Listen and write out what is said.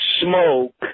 Smoke